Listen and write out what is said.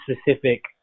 specific